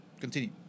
continue